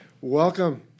Welcome